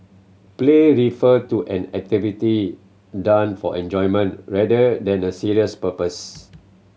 play refer to an activity done for enjoyment rather than a serious purpose